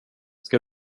ska